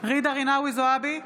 ג'ידא רינאוי זועבי,